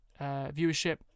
viewership